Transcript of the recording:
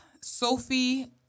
Sophie